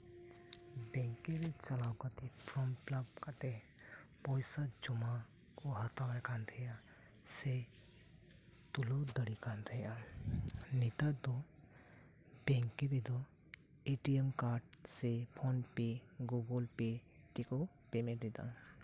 ᱵᱮᱝᱠᱨᱮ ᱪᱟᱞᱟᱣ ᱠᱟᱛᱮᱜ form fill up ᱠᱟᱛᱮᱜ ᱯᱚᱭᱥᱟ ᱡᱚᱢᱟ ᱠᱩ ᱦᱟᱛᱟᱣᱮᱫ ᱠᱟᱱᱛᱟᱦᱮᱸᱜᱼᱟ ᱥᱮ ᱛᱩᱞᱟᱹᱣ ᱫᱟᱲᱤᱭᱟᱜ ᱠᱟᱱᱛᱟᱦᱮᱸᱜᱼᱟ ᱱᱮᱛᱟᱨ ᱫᱚ ᱵᱮᱝᱠᱮ ᱨᱮᱫᱚ ᱮᱴᱤᱭᱮᱢ ᱠᱟᱰ ᱥᱮ ᱯᱷᱚᱱᱯᱮ ᱜᱩᱜᱚᱞᱯᱮ ᱛᱮᱠᱩ ᱯᱮᱢᱮᱱᱴ ᱮᱫᱟ